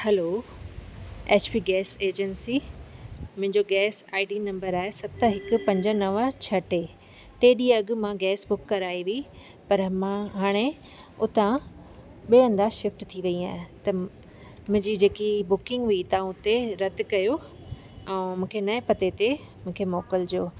hello H P gas agency मुंहिंजो gas ID number आहे सत हिकु पंज नव छह टे टे ॾींहुं अॻु मां गैस बुक कराई हुई पर मां हाणे उतां ॿिए हंधा शिफ्ट थी वई आहियां त मुंहिंजी जेकी बुकिंग हुई तव्हां उते रद कयो ऐं मूंखे नएं पते ते मूंखे मोकिलिजो